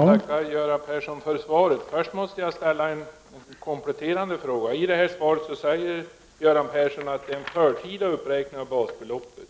Herr talman! Jag tackar Göran Persson för svaret. Först måste jag ställa en kompletterande fråga. I svaret talar Göran Persson om en förtida uppräkning av basbeloppet.